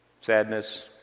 Sadness